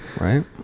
right